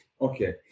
Okay